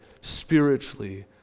spiritually